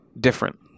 different